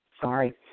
Sorry